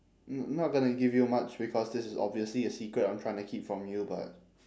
n~ not gonna give you much because this is obviously a secret I'm trying to keep from you but